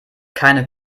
keine